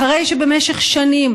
אחרי שבמשך שנים